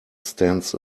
stands